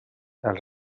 els